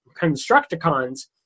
Constructicons